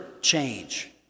change